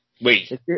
Wait